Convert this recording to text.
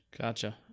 Gotcha